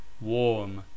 Warm